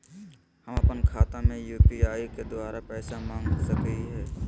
हम अपन खाता में यू.पी.आई के द्वारा पैसा मांग सकई हई?